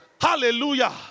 Hallelujah